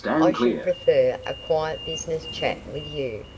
i should prefer a quiet business chat with you,